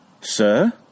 Sir